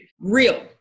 real